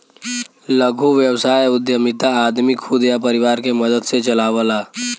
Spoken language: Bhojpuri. लघु व्यवसाय उद्यमिता आदमी खुद या परिवार के मदद से चलावला